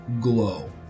glow